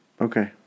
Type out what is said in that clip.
Okay